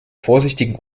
vorsichtigen